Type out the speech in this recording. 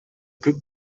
күк